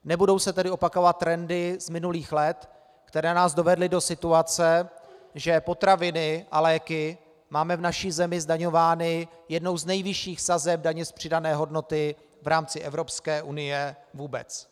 Nebudou se tedy opakovat trendy z minulých let, které nás dovedly do situace, že potraviny a léky máme v naší zemi zdaňovány jednou z nejvyšších sazeb daně z přidané hodnoty v rámci Evropské unie vůbec.